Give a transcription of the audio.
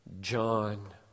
John